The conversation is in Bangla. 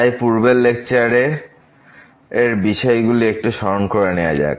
তাই পূর্বের লেকচারের বিষয়গুলি একটু স্মরণ করে নেওয়া যাক